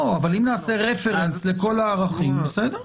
אבל אם נעשה רפרנס לכל הערבים, בסדר.